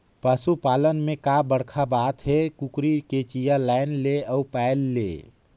पसू पालन में का बड़खा बात हे, कुकरी के चिया लायन ले अउ पायल ले